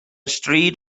stryd